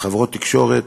וחברות תקשורת,